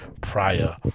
prior